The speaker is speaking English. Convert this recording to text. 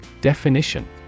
Definition